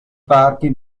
parchi